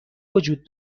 وجود